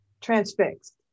transfixed